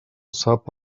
sap